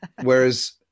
whereas